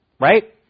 right